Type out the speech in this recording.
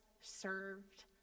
served